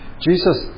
Jesus